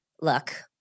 look